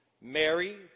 Mary